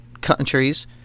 countries